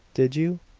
did you?